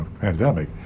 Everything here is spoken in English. pandemic